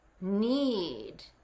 need